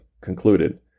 concluded